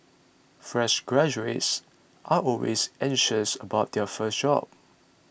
fresh graduates are always anxious about their first job